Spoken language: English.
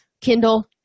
Kindle